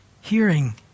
hearing